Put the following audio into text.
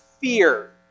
fear